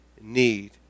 need